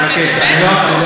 הפכת להיות פוליטיקאי פתאום.